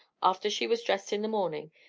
after she was dressed in a morning,